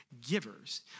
givers